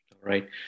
Right